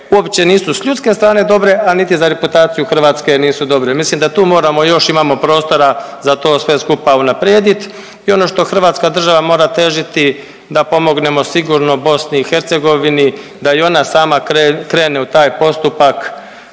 uopće nisu s ljudske strane dobre, a niti za reputaciju Hrvatske nisu dobre. Mislim da tu moramo još, imamo prostora za to sve skupa unaprijediti i ono što hrvatska država mora težiti da pomognemo sigurno BiH da i ona sama krene u taj postupak